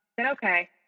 Okay